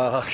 ah